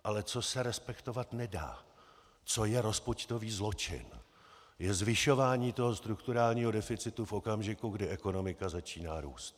Ale co se respektovat nedá, co je rozpočtový zločin, je zvyšování strukturálního deficitu v okamžiku, kdy ekonomika začíná růst!